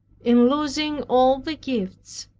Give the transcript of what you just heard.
in losing all the gifts,